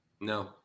no